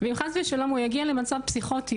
ואם חס ושלום הוא יגיע למצב פסיכוטי,